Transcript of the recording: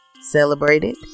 celebrated